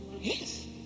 yes